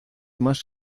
más